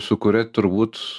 su kuria turbūt